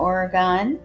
Oregon